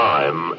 Time